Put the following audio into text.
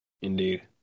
Indeed